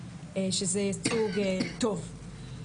שזה ייצוג טוב.